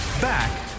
Back